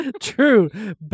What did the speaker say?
True